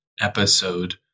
episode